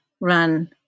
run